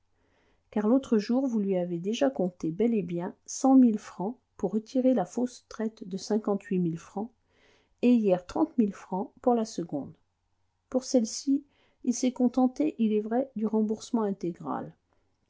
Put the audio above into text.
car l'autre jour vous lui avez déjà compté bel et bien cent mille francs pour retirer la fausse traite de cinquante-huit mille francs et hier trente mille francs pour la seconde pour celle-ci il s'est contenté il est vrai du remboursement intégral